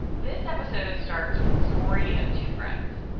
this episode starts with the story of two friends,